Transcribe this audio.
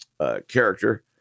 character